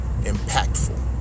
impactful